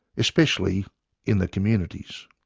especially in the communities